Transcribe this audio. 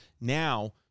now